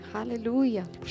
Hallelujah